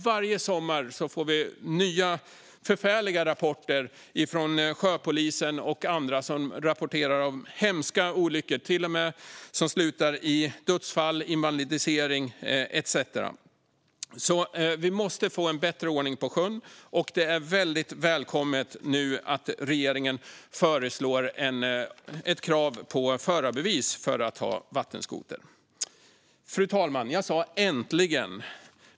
Varje sommar får vi nya förfärliga rapporter från sjöpolisen och andra om hemska olyckor som till och med kan sluta med dödsfall, invalidisering etcetera. Vi måste alltså få en bättre ordning på sjön, och det är nu väldigt välkommet att regeringen föreslår ett krav på förarbevis för att ha vattenskoter. Fru talman! Jag sa "äntligen".